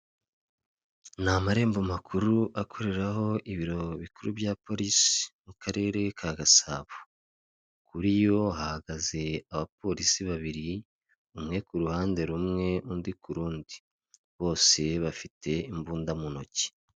Ni amarembo makuru akoreraho ibiro bikuru bya Polisi, mu karere ka Gasabo. Kuri yo hahagaze abapolisi babiri, umwe ku ruhande rumwe, undi ku rundi. Bose bafite imbunda mu ntoki.